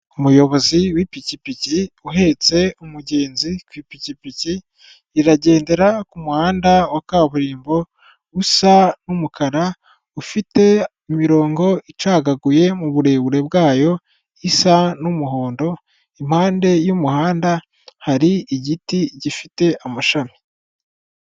Umuyobozi w'ipikipiki uhetse umugenzi ku ipikipiki; iragendera ku muhanda wa kaburimbo usa n'umukara ufite imirongo icagaguye. Mu burebure bwayo isa n'umuhondo impande y'umuhanda hari igiti gifite amashami.